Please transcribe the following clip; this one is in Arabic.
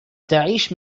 تعيش